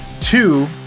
Two